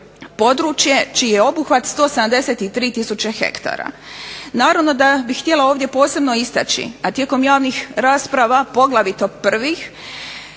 područje čiji je obuhvat 173000 hektara. Naravno da bih htjela ovdje posebno istaći, a tijekom javnih rasprava, poglavito prvih,